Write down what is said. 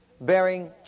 bearing